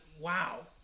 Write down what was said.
Wow